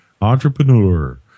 entrepreneur